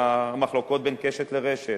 והמחלוקות בין "קשת" ל"רשת".